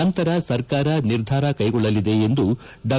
ನಂತರ ಸರ್ಕಾರ ನಿರ್ಧಾರ ಕೈಗೊಳ್ಳಲಿದೆ ಎಂದು ಡಾ